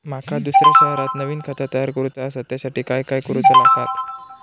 माका दुसऱ्या शहरात नवीन खाता तयार करूचा असा त्याच्यासाठी काय काय करू चा लागात?